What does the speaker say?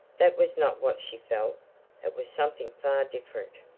that was not what she felt it was something far different,